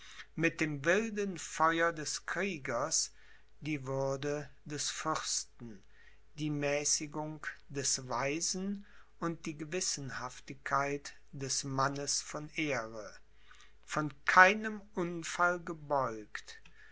mit dem wilden feuer des kriegers die würde des fürsten die mäßigung des weisen und die gewissenhaftigkeit des mannes von ehre von keinem unfall gebeugt